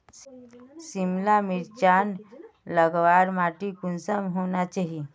सिमला मिर्चान लगवार माटी कुंसम होना चही?